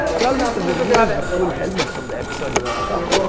you all must've recognized this cool helmet from the episode you just saw!